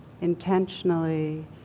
intentionally